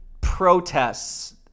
protests